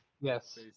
Yes